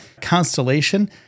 constellation